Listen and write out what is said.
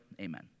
Amen